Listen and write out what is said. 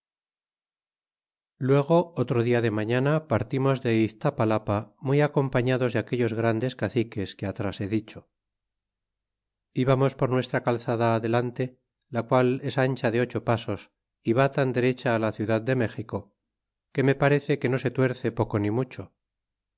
luego otro dia de mañana partimos de iztapalapa muy acompañados de aquellos grandes caciques que atrás he dicho lbamos por nuestra calzada adelante la cual es ancha de ocho pasos y va tan derecha á la ciudad de méxico que me parece que no se tuerce poco ni mucho